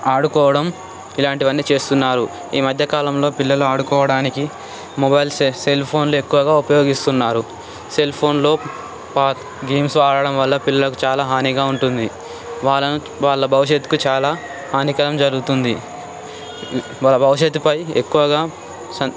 ఆడుకోవడం ఇలాంటివన్నీ చేస్తున్నారు ఈ మధ్యకాలంలో పిల్లలు ఆడుకోవడానికి మొబైల్స్ సెల్ఫోన్లు ఎక్కువగా ఉపయోగిస్తున్నారు సెల్ఫోన్లో గేమ్స్ ఆడటం వల్ల పిల్లలకు చాలా హానిగా ఉంటుంది వాళ్ళను వాళ్ళ భవిష్యత్తుకు చాలా హానికరం జరుగుతుంది వాళ్ళ భవిష్యత్తుపై ఎక్కువగా